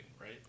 right